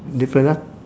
different ah